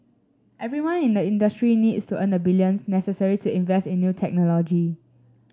everyone in the industry needs to earn the billions necessary to invest in new technology